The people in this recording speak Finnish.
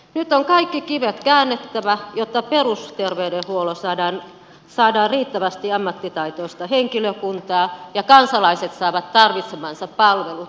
nyt on kaikki kivet käännettävä jotta perusterveydenhuoltoon saadaan riittävästi ammattitaitoista henkilökuntaa ja kansalaiset saavat tarvitsemansa palvelut